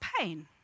pain